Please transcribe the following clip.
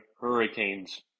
Hurricanes